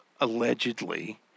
allegedly